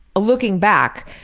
looking back,